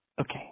Okay